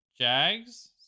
Jags